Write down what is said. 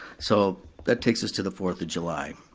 so that takes us to the fourth of july.